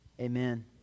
Amen